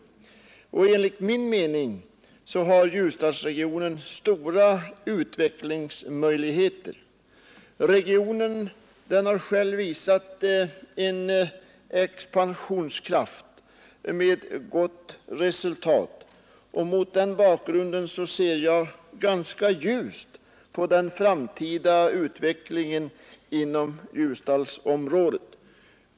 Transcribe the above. Enligt min mening har Ljusdalsregionen stora utvecklingsmöjligheter. Regionen har själv visat en expansionskraft med gott resultat, och mot den bakgrunden ser jag ganska ljust på den framtida utvecklingen inom Ljusdalsområdet.